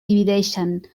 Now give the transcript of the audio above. divideixen